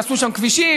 יעשו שם כבישים,